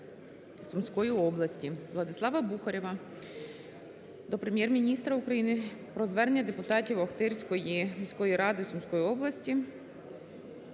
Сумської області.